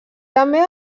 també